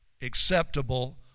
Acceptable